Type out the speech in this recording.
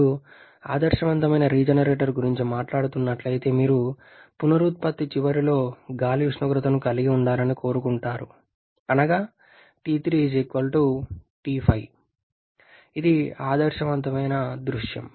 మీరు ఆదర్శవంతమైన రీజెనరేటర్ గురించి మాట్లాడుతున్నట్లయితే మీరు పునరుత్పత్తి చివరిలో గాలి ఉష్ణోగ్రతను కలిగి ఉండాలని కోరుకుంటారు అనగా ఇది ఆదర్శవంతమైన దృశ్యం